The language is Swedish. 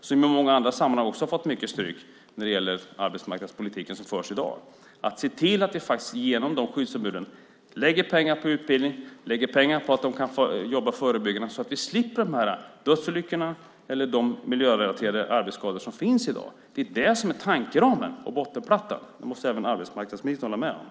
De har i många andra sammanhang fått mycket stryk när det gäller den arbetsmarknadspolitik som förs i dag. Det gäller att se till att man lägger pengar på utbildning av skyddsombuden så att de kan jobba förebyggande så att vi slipper dödsolyckorna och de miljörelaterade arbetsskador som finns i dag. Det är tankeramen och bottenplattan. Det måste också arbetsmarknadsministern hålla med om.